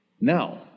Now